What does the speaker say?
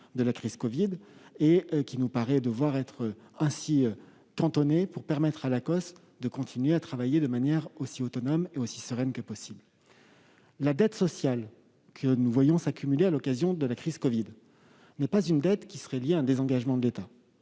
de la crise covid. Celle-ci nous paraît devoir être ainsi cantonnée pour permettre à l'Acoss de continuer à travailler de manière aussi autonome et sereine que possible. La dette sociale que nous voyons s'accumuler à l'occasion de la crise n'est pas liée à un désengagement de l'État.